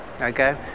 Okay